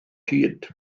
hyd